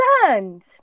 concerned